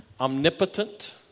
Omnipotent